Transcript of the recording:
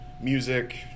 music